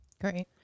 great